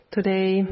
Today